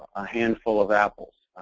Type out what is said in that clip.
a handful of apples.